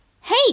Hey